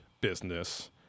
business